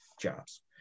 jobs